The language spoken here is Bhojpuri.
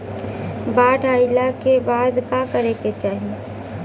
बाढ़ आइला के बाद का करे के चाही?